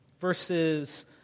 verses